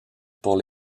pour